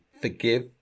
forgive